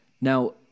Now